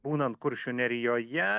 būnant kuršių nerijoje